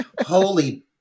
Holy